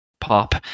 pop